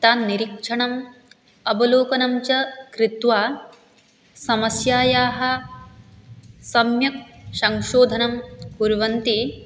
तां निरीक्षणम् अवलोकनञ्च कृत्वा समस्यायाः सम्यक् संशोधनं कुर्वन्ति